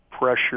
pressure